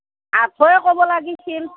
আঠশয়ে ক'ব লাগিছিল